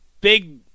big